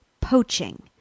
poaching